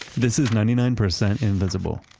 this is ninety nine percent invisible,